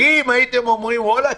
אם הייתם אומרים: וואלק,